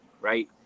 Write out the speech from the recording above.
right